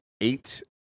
eight